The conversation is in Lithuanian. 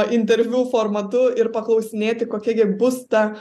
interviu formatu ir paklausinėti kokia gi bus ta